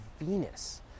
Venus